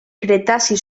cretaci